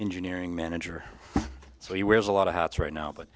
engineering manager so he wears a lot of hats right now but